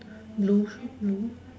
blue blue